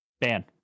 Ban